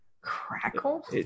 Crackle